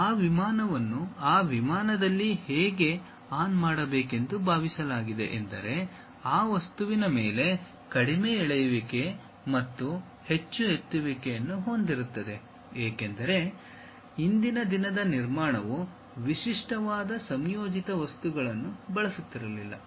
ಈಗ ಆ ವಿಮಾನವನ್ನು ಆ ವಿಮಾನದಲ್ಲಿ ಹೇಗೆ ಆನ್ ಮಾಡಬೇಕೆಂದು ಭಾವಿಸಲಾಗಿದೆಯೆಂದರೆ ಆ ವಸ್ತುವಿನ ಮೇಲೆ ಕಡಿಮೆ ಎಳೆಯುವಿಕೆ ಮತ್ತು ಹೆಚ್ಚು ಎತ್ತುವಿಕೆಯನ್ನು ಹೊಂದಿರುತ್ತದೆ ಏಕೆಂದರೆ ಹಿಂದಿನ ದಿನದ ನಿರ್ಮಾಣವು ವಿಶಿಷ್ಟವಾದ ಸಂಯೋಜಿತ ವಸ್ತುಗಳನ್ನು ಬಳಸುತ್ತಿರಲಿಲ್ಲ